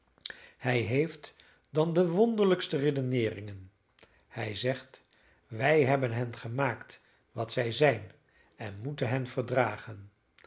hij heeft dan de wonderlijkste redeneeringen hij zegt wij hebben hen gemaakt wat zij zijn en moeten hen verdragen